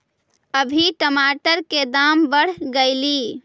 अभी टमाटर के दाम बढ़ गेलइ